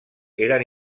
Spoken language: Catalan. eren